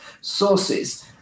sources